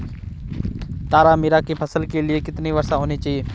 तारामीरा की फसल के लिए कितनी वर्षा होनी चाहिए?